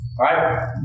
right